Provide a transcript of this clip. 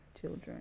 children